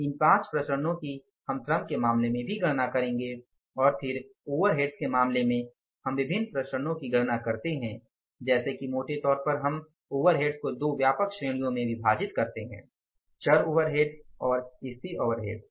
इन पांच विचरणों की हम श्रम के मामले में भी गणना करेंगे और फिर ओवरहेड्स के मामले में हम विभिन्न विचरणों की गणना करते हैं जैसे कि मोटे तौर पर हम ओवरहेड्स को दो व्यापक श्रेणियों में विभाजित करते हैं चर ओवरहेड्स और स्थिर ओवरहेड्स